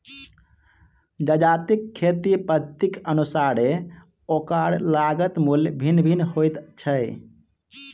जजातिक खेती पद्धतिक अनुसारेँ ओकर लागत मूल्य भिन्न भिन्न होइत छै